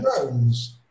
drones